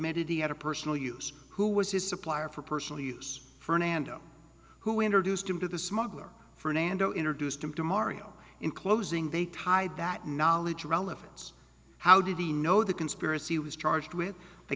admitted he had a personal use who was his supplier for personal use fernando who introduced him to the smuggler fernando introduced him to mario inclosing they tied that nahla relevance how did he know the conspiracy was charged with the